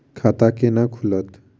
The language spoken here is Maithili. खाता केना खुलत?